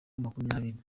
makumyabiri